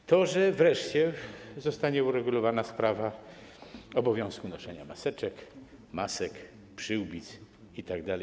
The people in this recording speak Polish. Z tego, że wreszcie zostanie uregulowana sprawa obowiązku noszenia maseczek, masek, przyłbic itd.